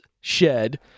shed